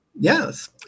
Yes